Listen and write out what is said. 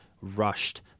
rushed